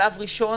שלב ראשון